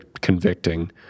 convicting